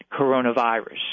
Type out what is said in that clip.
coronavirus